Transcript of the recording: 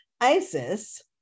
ISIS